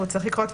הוא צריך לקרות,